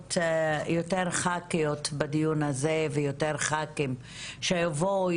לראות יותר ח"כיות בדיון הזה ויותר ח"כים שיבואו,